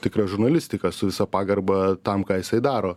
tikra žurnalistika su visa pagarba tam ką jisai daro